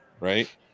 right